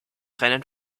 rennen